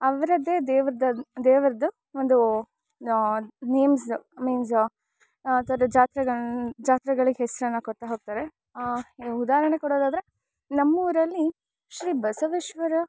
ಅವರದ್ದೇ ದೇವರ್ದು ದೇವರದು ಒಂದು ನೇಮ್ಸ ಮೀನ್ಸ ಆ ಥರ ಜಾತ್ರೆಗಳು ಜಾತ್ರೆಗಳಿಗೆ ಹೆಸರನ್ನ ಕೊಡ್ತಾ ಹೋಗ್ತಾರೆ ಎ ಉದಾಹರಣೆ ಕೊಡೋದಾದರೆ ನಮ್ಮ ಊರಲ್ಲಿ ಶ್ರೀ ಬಸವೇಶ್ವರ